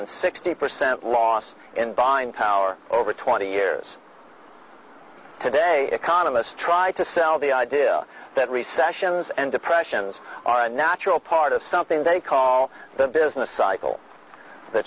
hundred sixty percent loss in buying power over twenty years today economists try to sell the idea that recessions and depressions are a natural part of something they call the business cycle the